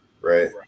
right